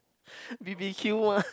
B_B_Q what